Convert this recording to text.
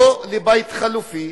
לא לבית חלופי,